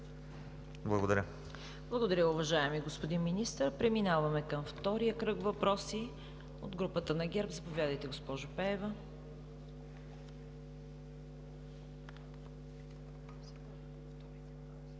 КАРАЯНЧЕВА: Благодаря, уважаеми господин Министър! Преминаваме към втория кръг въпроси. От групата на ГЕРБ – заповядайте, госпожо Пеева.